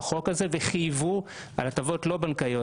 החוק הזה וחייבו על הטבות לא בנקאיות.